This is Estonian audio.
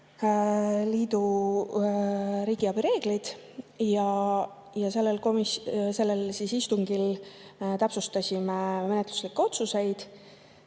Liidu riigiabi reeglid. Sellel istungil täpsustasime menetluslikke otsuseid,